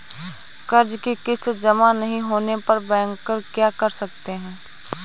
कर्ज कि किश्त जमा नहीं होने पर बैंकर क्या कर सकते हैं?